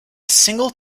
single